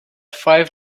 five